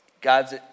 God's